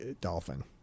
dolphin